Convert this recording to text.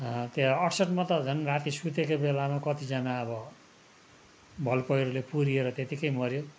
त्यो अठसट्ठीमा त झन राति सुतेको बेलामा कतिजना अब भल पहिरोले पुरिएर त्यतिकै मर्यो